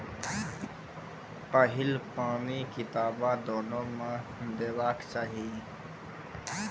पहिल पानि कतबा दिनो म देबाक चाही?